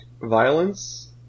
violence